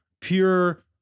pure